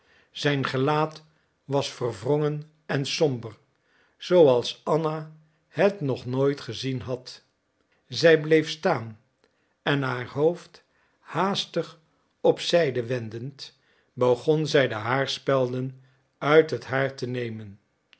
zijn gelaat was verwrongen en somber zooals anna het nog nooit gezien had zij bleef staan en haar hoofd haastig op zijde wendend begon zij de haarspelden uit het haar te nemen